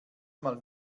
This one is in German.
mal